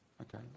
Okay